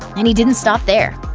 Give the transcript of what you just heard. and he didn't stop there.